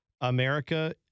America